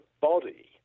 body